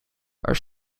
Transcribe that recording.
are